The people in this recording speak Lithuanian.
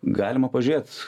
galima pažiūrėt